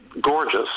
gorgeous